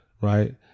right